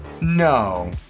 No